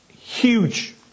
huge